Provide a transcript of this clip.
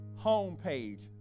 homepage